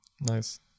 nice